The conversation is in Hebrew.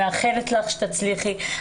אני מאחלת לך שתצליחי.